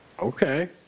Okay